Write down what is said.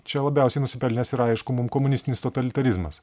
čia labiausiai nusipelnęs yra aišku mum komunistinis totalitarizmas